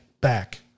back